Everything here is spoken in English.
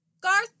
Garth